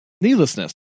needlessness